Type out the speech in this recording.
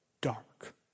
dark